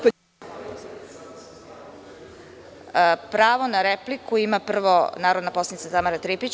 Pravo na repliku ima prvo narodna poslanica Tamara Tripić.